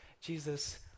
Jesus